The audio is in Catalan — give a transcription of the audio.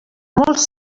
molts